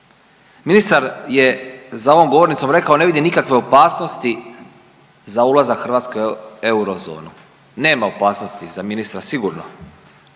Ministar je za ovom govornicom rekao ne vidim nikakve opasnosti za ulazak Hrvatske u eurozonu, nema opasnosti za ministra sigurno,